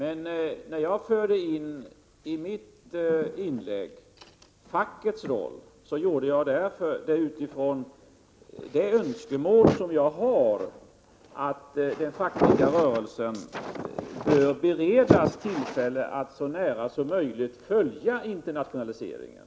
Anledningen till att jag i mitt inlägg tog upp frågan om fackets roll var min önskan att den fackliga rörelsen bör beredas tillfälle att så nära som möjligt följa internationaliseringen.